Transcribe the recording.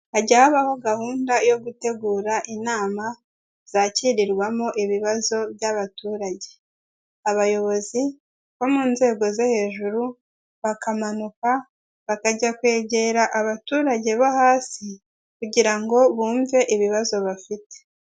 Hajya habaho gahunda yo gutegura inama zakirirwamo ibibazo by'abaturage, abayobozi bo mu nzego zo hejuru bakamanuka bakajya kwegera abaturage bo hasi kugira ngo bumve ibibazo bafite.